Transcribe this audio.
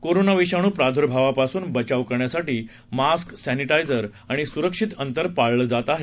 कोरोनाविषाणू प्रादुरभावापासून बचाव करण्यासाठी मास्क सॅनिटायझर आणि सुरक्षित अंतर पाळलं जात आहे